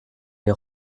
les